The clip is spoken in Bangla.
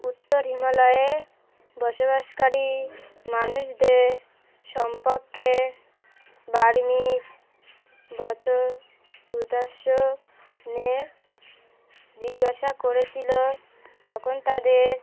উত্তর হিমালয়ে বসবাসকারী মানুষদের সম্পর্কে বারমিজ বত পূদশ্য নে জিজ্ঞাসা করেছিলো তখন তাদের